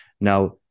Now